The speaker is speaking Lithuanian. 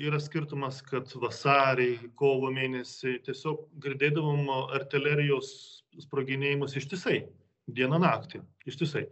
yra skirtumas kad vasarį kovo mėnesį tiesiog girdėdavom artilerijos sproginėjimus ištisai dieną naktį ištisai